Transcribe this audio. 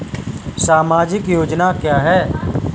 सामाजिक योजना क्या है?